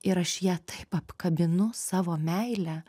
ir aš ją taip apkabinu savo meile